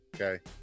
Okay